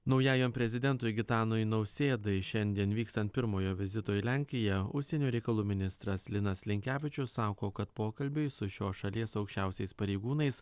naujajam prezidentui gitanui nausėdai šiandien vykstant pirmojo vizito į lenkiją užsienio reikalų ministras linas linkevičius sako kad pokalbiui su šios šalies aukščiausiais pareigūnais